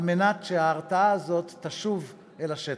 על מנת שההרתעה הזאת תשוב אל השטח.